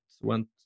went